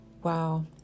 wow